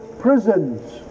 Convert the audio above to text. prisons